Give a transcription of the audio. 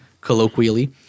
colloquially